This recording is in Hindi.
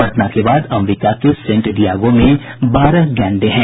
पटना के बाद अमरिका के सेंट डियागो में बारह गैंडे हैं